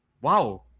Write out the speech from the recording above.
wow